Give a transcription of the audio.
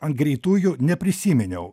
ant greitųjų neprisiminiau